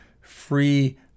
free